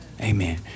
Amen